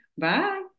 bye